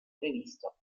previsto